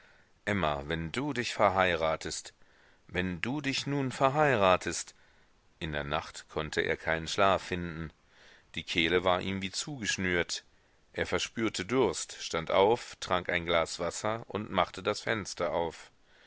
emma wenn du dich verheiratetest wenn du dich nun verheiratetest in der nacht konnte er keinen schlaf finden die kehle war ihm wie zugeschnürt er verspürte durst stand auf trank ein glas wasser und machte das fenster auf